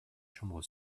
chambre